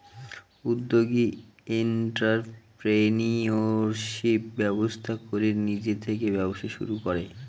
উদ্যোগী এন্ট্ররপ্রেনিউরশিপ ব্যবস্থা করে নিজে থেকে ব্যবসা শুরু করে